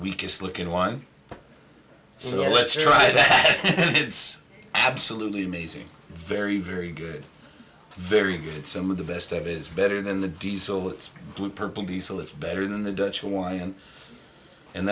weakest looking one so let's try that it's absolutely amazing very very good very good some of the best it is better than the diesel it's blue purple diesel it's better than the dutch one and and